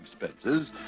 expenses